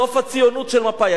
סוף הציונות של מפא"י.